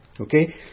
Okay